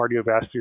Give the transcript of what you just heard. cardiovascular